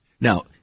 Now